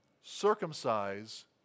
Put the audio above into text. circumcise